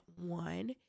one